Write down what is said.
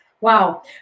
Wow